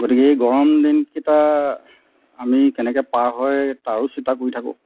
গতিকে এই গৰম দিনকেইটা আমি কেনেকৈ পাৰ হয় তাৰো চিন্তা কৰি থাকোঁ